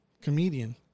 comedian